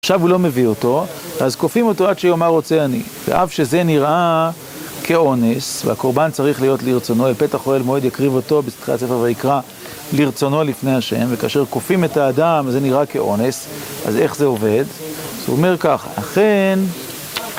עכשיו הוא לא מביא אותו, אז כופים אותו עד שיאמר רוצה אני. ואף שזה נראה כאונס, והקורבן צריך להיות לרצונו: אל פתח אוהל מועד יקריב אותו, בתחילת הספר ויקרא, לרצונו לפני השם. וכאשר כופים את האדם זה נראה כאונס, אז איך זה עובד? אז הוא אומר ככה, אכן